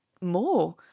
more